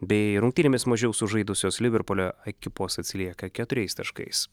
bei rungtynėmis mažiau sužaidusios liverpulio ekipos atsilieka keturiais taškais